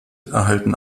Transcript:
erhalten